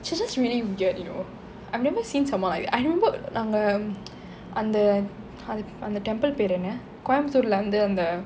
she's just really weird you know I've never seen someone I I remember நாங்க அந்த அந்த:naanga antha antha temple பேரு என்ன கோயம்பத்தூர்லே வந்து அந்த:peru enna coimbatoorle vanthu antha